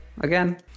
again